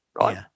right